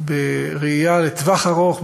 בראייה לטווח ארוך,